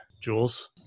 Jules